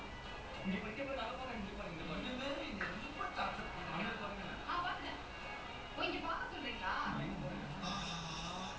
okay lah but I would say I think at least will have total like on that day will have fifty to hundred of people from our school not hundred lah maybe fifty